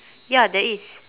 ya there is